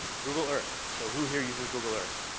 google earth. so who here uses google earth?